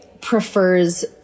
prefers